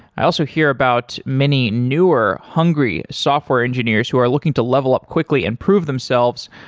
i also hear about many newer, hungry software engineers who are looking to level up quickly and prove themselves